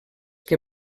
que